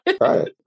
Right